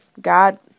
God